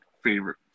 favorite